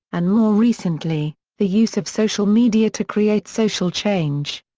and more recently, the use of social media to create social change.